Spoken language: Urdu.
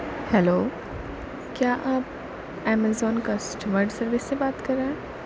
ہیلو کیا آپ امیزون کسٹمر سروس سے بات کر رہے